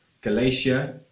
Galatia